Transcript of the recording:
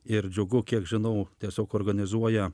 ir džiugu kiek žinau tiesiog organizuoja